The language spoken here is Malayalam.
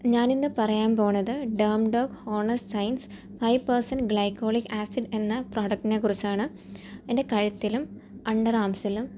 ഞാൻ ഇന്ന് പറയാൻ പോണത് Dermdoc honest science high percent glycolic acid എന്ന പ്രോഡക്റ്റിനെ കുറിച്ചാണ് എൻ്റെ കഴുത്തിലും അണ്ടർ ആംസിലും